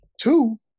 Two